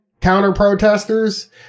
counter-protesters